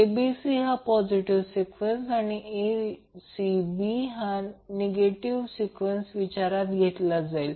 abc हा positive sequence आणि acb हा निगेटिव्ह सिक्वेन्स विचारात घेतला जाईल